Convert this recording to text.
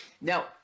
Now